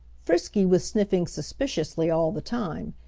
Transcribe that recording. frisky was sniffing suspiciously all the time,